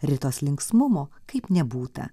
ritos linksmumo kaip nebūta